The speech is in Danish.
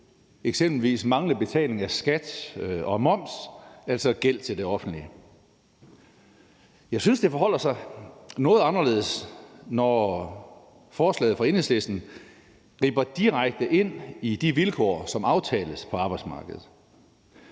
eksempelvis manglende betaling af skat og moms, altså gæld til det offentlige. Jeg synes, det forholder sig noget anderledes med forslaget fra Enhedslisten, som griber direkte ind i de vilkår, som aftales på arbejdsmarkedet.